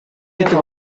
гэдэг